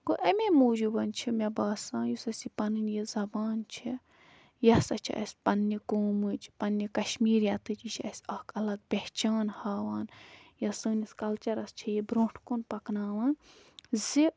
گوٚو اَمے موٗجوٗب چھِ مےٚ باسان یُس اَسہِ یہِ پَنٕنۍ یہِ زَبان چھےٚ یہِ ہَسا چھِ اَسہِ پَنٛنہِ قومٕچ پَنٛنہِ کَشمیٖریَتٕچ یہِ چھِ اَسہِ اَکھ الگ پہچان ہاوان یا سٲنِس کَلچَرَس چھِ یہِ برٛونٛٹھ کُن پَکناوان زِ